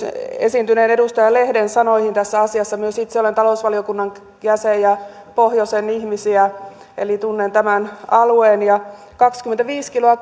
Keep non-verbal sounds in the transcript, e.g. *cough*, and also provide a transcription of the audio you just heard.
esiintyneen edustaja lehden sanoihin tässä asiassa myös itse olen talousvaliokunnan jäsen ja pohjoisen ihmisiä eli tunnen tämän alueen kaksikymmentäviisi kiloa *unintelligible*